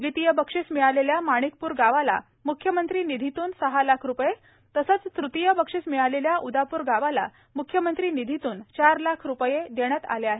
द्वितीय बक्षीस मिळालेल्या माणिकप्र गावाला मुख्यमंत्री निधीतून सहा लाख रुपये तसेच तृतीय बक्षीस मिळालेल्या उदापूर गावाला मुख्यमंत्री निधीतून चार लाख रुपये देण्यात आले आहे